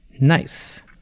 Nice